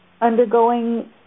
undergoing